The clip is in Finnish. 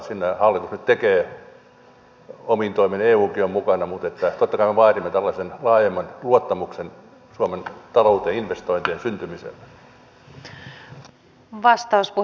sinne hallitus nyt tekee omia toimia eukin on mukana mutta totta kai me vaadimme tällaisen laajemman luottamuksen suomen talouteen investointien syntymiselle